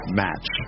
match